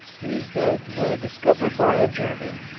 these beds were discovered by a german,